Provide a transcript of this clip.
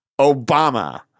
Obama